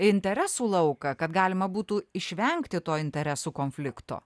interesų lauką kad galima būtų išvengti to interesų konflikto